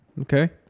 Okay